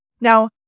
Now